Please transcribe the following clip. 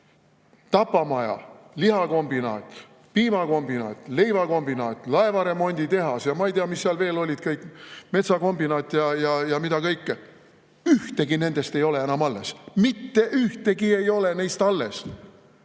tapamaja, lihakombinaat, piimakombinaat, leivakombinaat, laevaremonditehas. Ma ei tea, mis seal veel olid kõik, metsakombinaat ja mida kõike. Ühtegi nendest ei ole enam alles, mitte ühtegi ei ole nendest alles!